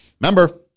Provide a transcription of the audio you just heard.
Remember